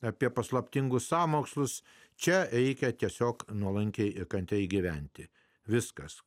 apie paslaptingus sąmokslus čia reikia tiesiog nuolankiai kantriai gyventi viskas